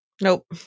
Nope